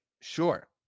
Sure